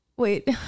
wait